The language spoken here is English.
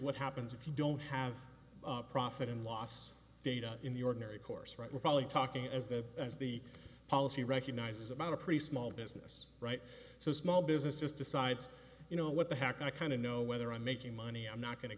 what happens if you don't have profit and loss data in the ordinary course right we're probably talking as the as the policy recognizes about a pretty small business right so a small business just decides you know what the heck i kind of know whether i'm making money i'm not going to